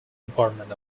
department